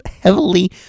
heavily